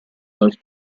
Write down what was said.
dal